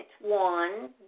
one